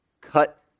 cut